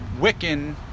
Wiccan